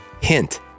Hint